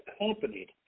accompanied